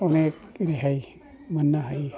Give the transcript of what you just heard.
अनेख रेहाय मोननो हायो